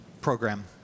program